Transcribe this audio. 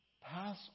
Pass